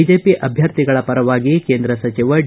BJP ಅಭ್ಞರ್ಥಿಗಳ ಪರವಾಗಿ ಕೇಂದ್ರ ಸಚವ ಡಿ